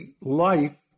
life